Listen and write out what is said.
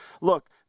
Look